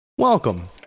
Welcome